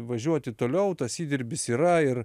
važiuoti toliau tas įdirbis yra ir